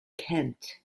kent